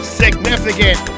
significant